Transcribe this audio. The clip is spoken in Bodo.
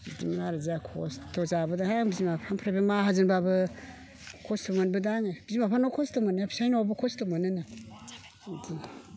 बिदि आरो जा खस्थ' जाबोदोंहाय आं बिमा बिफानिफ्रायबो माहाजोनब्लाबो खस्थ' मोनबोदों आङो बिमा बिफानाव खस्थ' मोननाया फिसाइनावबो खस्थ' मोनोनो